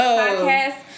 podcast